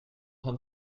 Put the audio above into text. train